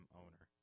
owner